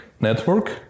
network